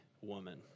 woman